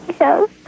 Yes